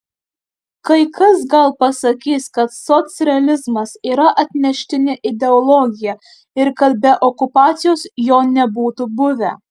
kai kas gal pasakys kad socrealizmas yra atneštinė ideologija ir kad be okupacijos jo nebūtų buvę